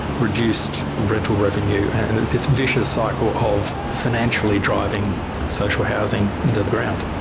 reduced rental revenue and this vicious cycle of financially driving social housing into the ground.